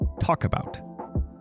TalkAbout